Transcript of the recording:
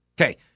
Okay